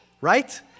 right